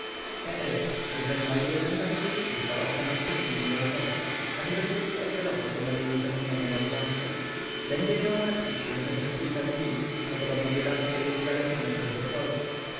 jeżeli mego zęba nie wyrzucisz za okno przyszlij mi go napowrót abym mógł ofiarować go mojej niezapomnianej małżonce będzie miała martwić się czem przez kilka dni co podobno biedaczce jest zalecone przez doktorów